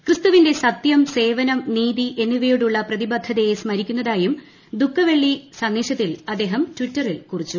ക്രിസ്തുവിന്റെ സത്യം സേവനം നീതി എന്നിവയോടുള്ള പ്രതിബദ്ധതയെ സ്മരിക്കുന്നതായും ദുഖവെള്ളി സന്ദേശത്തിൽ അദ്ദേഹം ട്വിറ്ററിൽ കുറിച്ചു